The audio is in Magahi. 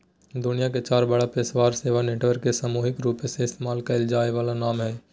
दुनिया के चार बड़ा पेशेवर सेवा नेटवर्क के सामूहिक रूपसे इस्तेमाल कइल जा वाला नाम हइ